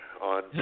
on